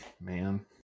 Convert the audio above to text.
man